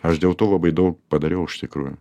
aš dėl to labai daug padariau iš tikrųjų